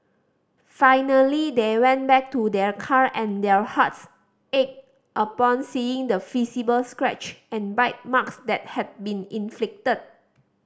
finally they went back to their car and their hearts ached upon seeing the scratch and bite marks that had been inflicted